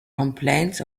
complaints